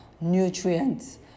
nutrients